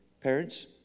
Parents